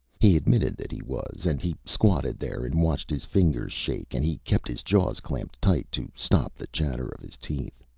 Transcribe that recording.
he admitted that he was and he squatted there and watched his fingers shake and he kept his jaws clamped tight to stop the chatter of his teeth.